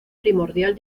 primordial